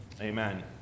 Amen